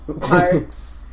parts